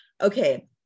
okay